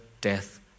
death